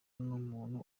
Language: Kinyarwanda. n’umuntu